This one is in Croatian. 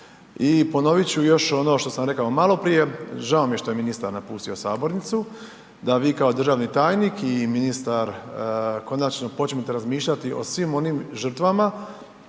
I ponovit ću još ono što sam rekao maloprije. Žao mi je što je ministar napustio sabornicu da vi kao državni tajnik i ministar konačno počnete razmišljati o svim onim žrtvama